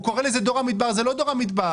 הוא קורא לזה דור המדבר אבל זה לא דור המדבר,